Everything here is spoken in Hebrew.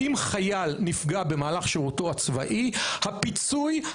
אם חייל נפגע במהלך שירותו הצבאי הפיצוי,